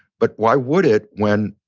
but why would it, when,